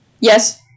Yes